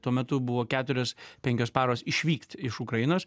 tuo metu buvo keturios penkios paros išvykt iš ukrainos